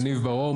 יניב בר אור,